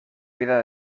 vida